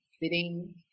sitting